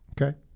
Okay